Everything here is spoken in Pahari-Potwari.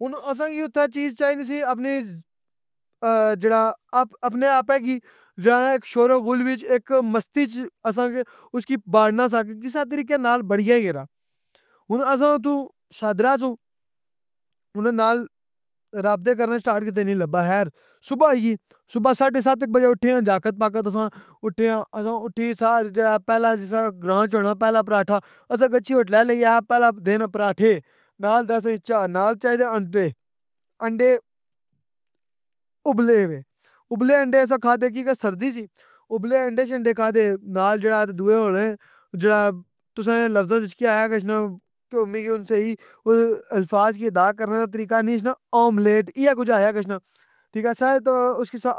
ہون آساں کی اُتھے چیز چائی نی سی اپنی جِہرڑا اپنے آپ اے کی جانا اے اک شورو غل اچ ایک مستی چ اس کی بارنا ای کسے طریقے نالِ بنریے یارا ہوں -آساں اُتھوں شادرا سو، اُننا نال رابطے کرنا سٹارٹ کیتے نئی لبھے خیر ، صبح ہوئی گئی، صبح ساڑھے ست اک وجے اٹھے جاکت واقات آساں اٹھے اں ، آساں اٹھے ساتھ ہی جہرڑا پِہلاں جس طرح گراں چ ہوندا پہلا پراٹھا ، آسان کوئی اچھی ہوٹل لی ہاں پہلا دے نا پراٹھے ، نال دے آساں چاہ، نال چآئیدے آنڈے ، انڈے، ابلے وے ، ابلے انڈے آسان کھادے کیوں کہ سردی سی، ابلے وے انڈے شندے کھادے نال جہڑا تے دوے ہونے ، او جھرررا، توساں نے لفظاان وِچ کے آیا گشنا > الفاظ کی ادا کرنے کا طریقہ نی اچنا آملیٹ ، ایا کج آیا گشنا ٹھیک ہے اثان کی تے